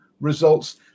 results